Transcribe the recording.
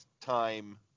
time